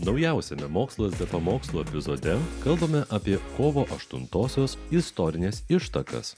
naujausiame mokslas be pamokslų epizode kalbame apie kovo aštuntosios istorines ištakas